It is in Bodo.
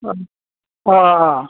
अ अ अ